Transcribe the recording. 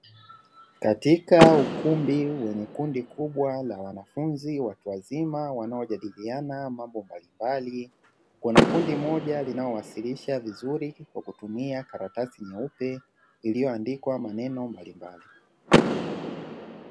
Katika ukumbi wenye kundi kubwa la wanafunzi, watu wazima wanaojadiliana mambo mbalimbali, kuna kundi moja linalowasilisha vizuri kwa kutumia karatasi nyeupe iliyoandikwa maneno mbalimbali.